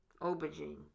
Aubergine